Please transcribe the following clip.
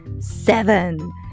seven